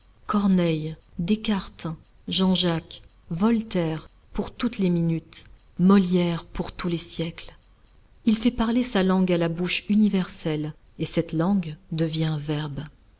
corneille descartes jean-jacques voltaire pour toutes les minutes molière pour tous les siècles il fait parler sa langue à la bouche universelle et cette langue devient verbe